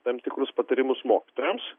tam tikrus patarimus mokytojams